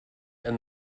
and